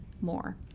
more